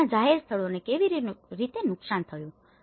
અને તેમના જાહેર સ્થળોને કેવી રીતે નુકસાન થયું